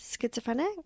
schizophrenic